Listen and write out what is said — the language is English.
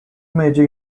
major